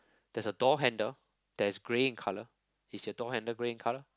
there's a door handle that's grey in colour is your door handle grey in colour